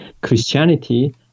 Christianity